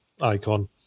icon